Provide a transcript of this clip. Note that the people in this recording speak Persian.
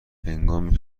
هنگامی